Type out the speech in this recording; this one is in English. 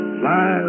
fly